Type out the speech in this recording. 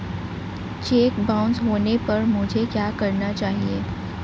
Check bounce होने पर मुझे क्या करना चाहिए?